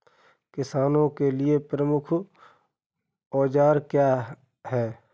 किसानों के लिए प्रमुख औजार क्या हैं?